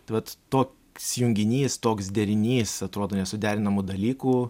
tai vat toks junginys toks derinys atrodo nesuderinamų dalykų